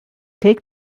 take